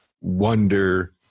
wonder